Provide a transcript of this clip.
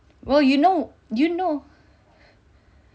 well you know do you know